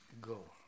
Go